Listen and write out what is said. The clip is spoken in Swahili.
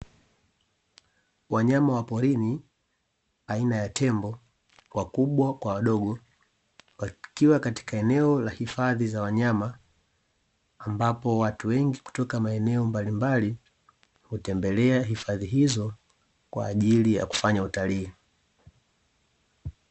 Wanyama wa porini, aina ya tembo wakubwa kwa wadogo, wakiwa katika eneo la hifadhi za wanyama, ambapo watu wengi kutoka maeneo mbalimbali, hutembelea hifadhi hizo kwaajili ya kufanya utalii.